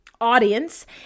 audience